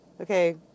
Okay